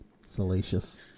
salacious